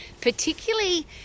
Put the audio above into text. Particularly